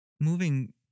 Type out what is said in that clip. moving